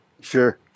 Sure